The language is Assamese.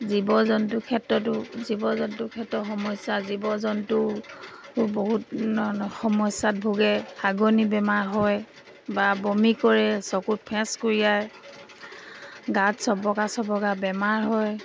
জীৱ জন্তুৰ ক্ষেত্ৰতো জীৱ জন্তুৰ ক্ষেত্ৰত সমস্যা জীৱ জন্তু বহুত সমস্যাত ভোগে হাগনি বেমাৰ হয় বা বমি কৰে চকুত ফেঁচকুৰিয়াই গাত চবকা চবকা বেমাৰ হয়